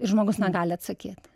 žmogus negali atsakyt